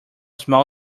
small